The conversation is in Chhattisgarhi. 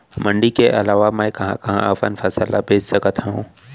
मण्डी के अलावा मैं कहाँ कहाँ अपन फसल ला बेच सकत हँव?